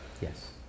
Yes